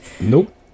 Nope